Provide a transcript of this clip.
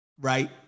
right